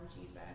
Jesus